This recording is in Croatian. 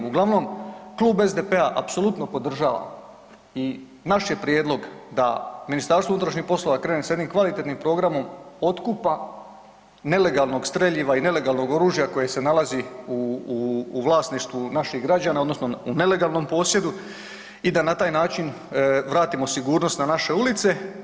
Uglavnom, Klub SDP-a apsolutno podržava i naš je prijedlog da MUP krene s jednim kvalitetnim programom otkupa nelegalnog streljiva i nelegalnog oružja koje se nalazi u, u, u vlasništvu naših građana odnosno u nelegalnom posjedu i da na taj način vratimo sigurnost na naše ulice.